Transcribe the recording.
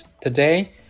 today